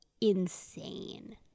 insane